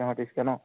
এশ ত্ৰিছকৈ ন